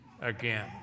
again